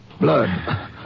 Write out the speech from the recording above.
Blood